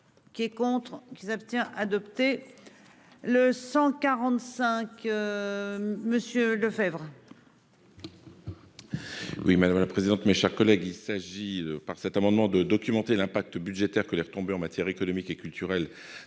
Qui est contre qui s'abstient adopté. Le 145. Monsieur Lefebvre.-- Oui madame la présidente, mes chers collègues. Il s'agit par cet amendement de documenter l'impact budgétaire que les retombées en matière économique et culturel